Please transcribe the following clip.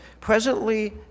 presently